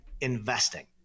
investing